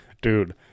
dude